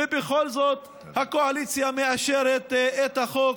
ובכל זאת הקואליציה מאשרת את החוק,